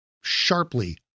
sharply